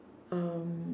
um